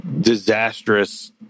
disastrous